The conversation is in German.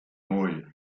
neu